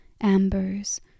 ambers